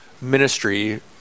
ministry